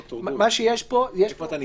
ד"ר גור, איפה אתה נמצא?